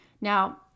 Now